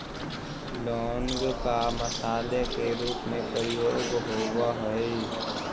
लौंग का मसाले के रूप में प्रयोग होवअ हई